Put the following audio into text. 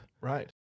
Right